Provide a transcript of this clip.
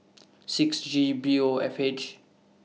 six G B O F H